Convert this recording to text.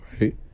right